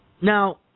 Now